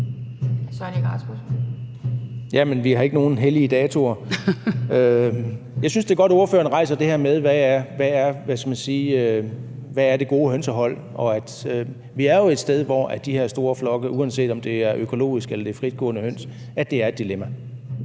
Søren Egge Rasmussen (EL): Vi har ikke nogen hellige datoer. Jeg synes, det er godt, at ordføreren rejser det her med, hvad det gode hønsehold er. Vi er jo et sted, hvor de her store flokke, uanset om det er økologisk eller fritgående høns, er et dilemma,